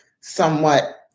somewhat